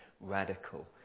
radical